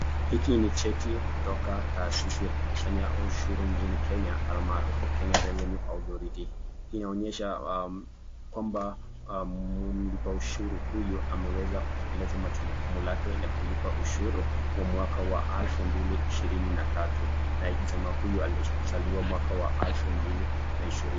Hiki ni cheti kutoka taasisi ya kukusanya ushuru nchini Kenya, almaarufu Kenya Revenue Authority . Inaonyesha kwamba mlipa ushuru huyu ameweza kutekeleza majukumu lake la kulipa ushuru wa mwaka wa 2023. Na jamaa huyu alizaliwa mwaka wa 2020.